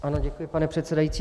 Ano, děkuji, pane předsedající.